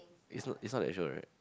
is not is not that show right